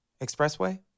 expressway